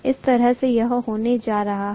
इस तरह से यह होने जा रहा है